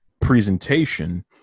presentation